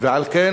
ועל כן,